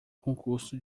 concurso